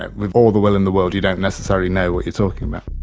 ah with all the will in the world you don't necessarily know what you're talking about.